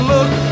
Look